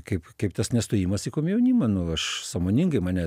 kaip kaip tas nestojimas į komjaunimą nu aš sąmoningai mane